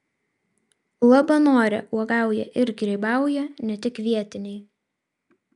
labanore uogauja ir grybauja ne tik vietiniai